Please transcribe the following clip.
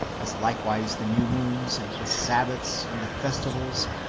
as likewise the new moons, and the sabbaths, and the festivals,